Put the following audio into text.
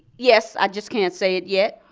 yes. i just can't say it yet,